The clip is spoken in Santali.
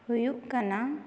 ᱦᱩᱭᱩᱜ ᱠᱟᱱᱟ